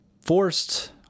forced